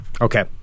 Okay